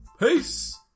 Peace